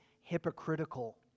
hypocritical